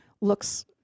looks